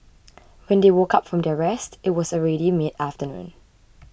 when they woke up from their rest it was already mid afternoon